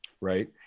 right